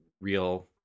real